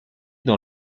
dans